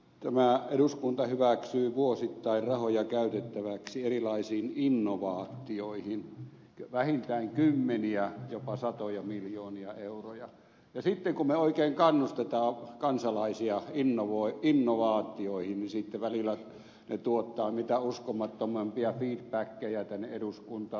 tämä eduskunta hyväksyy vuosittain rahoja käytettäväksi erilaisiin innovaatioihin vähintään kymmeniä jopa satoja miljoonia euroja ja sitten kun me oikein kannustamme kansalaisia innovaatioihin niin välillä se tuottaa mitä uskomattomampia feedbackeja tänne eduskuntaan